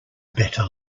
better